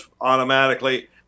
automatically